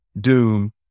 Doom